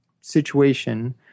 situation